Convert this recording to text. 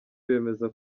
bemeza